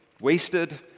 wasted